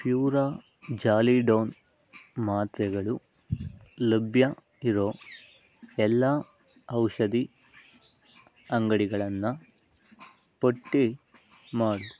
furazolidone ಮಾತ್ರೆಗಳು ಲಭ್ಯ ಇರೋ ಎಲ್ಲ ಔಷಧಿ ಅಂಗಡಿಗಳನ್ನು ಪಟ್ಟಿ ಮಾಡು